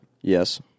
Yes